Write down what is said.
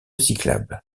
cyclable